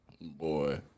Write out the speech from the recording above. Boy